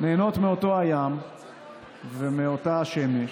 נהנות מאותו הים ומאותה השמש,